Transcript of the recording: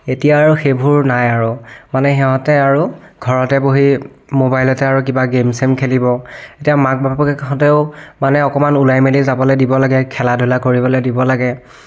এতিয়া আৰু সেইবোৰ নাই আৰু মানে সিহঁতে আৰু ঘৰতে বহি মবাইলতে আৰু কিবা গে'ম চেম খেলিব এতিয়া মাক বাপেকহঁতেও মানে অকণমান ওলাই মেলি যাবলৈ দিব লাগে খেলা ধূলা কৰিবলৈ দিব লাগে